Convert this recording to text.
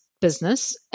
business